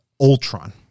Ultron